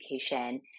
education